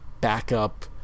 backup